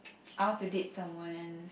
I want to date someone